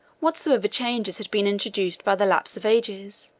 whatsoever changes had been introduced by the lapse of ages,